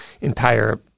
entire